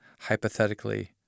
hypothetically